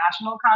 national